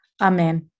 Amen